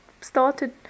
started